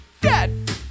dead